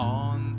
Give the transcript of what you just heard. on